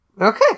Okay